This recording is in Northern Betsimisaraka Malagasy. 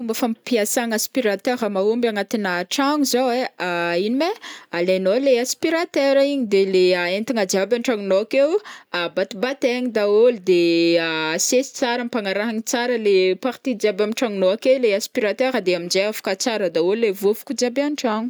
Fomba fampiasana aspiratera mahomby agnatina tragno zao ai ino ma e, alainao le aspiratera igny de le a- entana an-tragnonao akao batabataigny daholo de asesy tsara ampagnarahina tsara le partie jiaby am' tragnonao ake le aspiratera de am'jay afaka tsara daholo le vôvoko jiaby an-tragno.